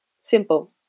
Simple